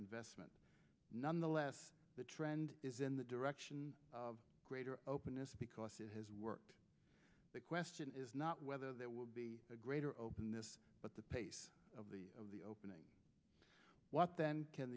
investment nonetheless the trend is in the direction of greater openness because it has worked the question is not whether there will be greater openness but the pace of the of the opening what